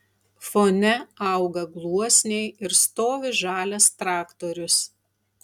fone auga gluosniai ir stovi žalias traktorius